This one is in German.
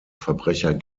verbrecher